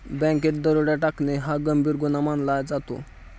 बँकेत दरोडा टाकणे हा गंभीर गुन्हा मानला जातो